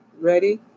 Ready